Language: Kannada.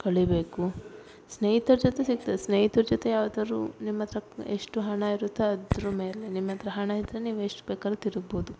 ಕಳೀಬೇಕು ಸ್ನೇಹಿತರ್ ಜೊತೆ ಸಹಿತ ಸ್ನೇಹಿತರ್ ಜೊತೆ ಯಾವತ್ತಾದರು ನಿಮ್ಮ ಹತ್ರ ಎಷ್ಟು ಹಣ ಇರುತ್ತೆ ಅದ್ರ ಮೇಲೆ ನಿಮ್ಮಹತ್ರ ಹಣ ಇದ್ದರೆ ನೀವು ಎಷ್ಟು ಬೇಕಾದರು ತಿರುಗ್ಬೋದು